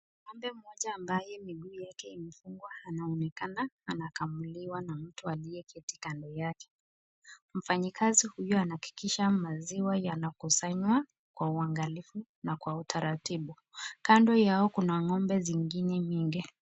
Ng'ombe mmoja ambaye miguu yake imefungwa anaonekana anakamuliwa na mtu aliyeketi kando yake. Mfanyikazi huyu anahakikisha maziwa yanakusanywa kwa uangalifu na kwa utaratibu. Kando yao kuna ng'ombe zingine mingi.